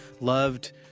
loved